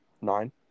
nine